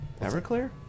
everclear